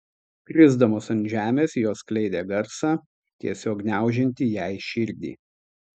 krisdamos ant žemės jos skleidė garsą tiesiog gniaužiantį jai širdį